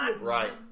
right